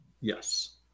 Yes